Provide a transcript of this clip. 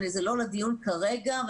זה לא לדיון כרגע.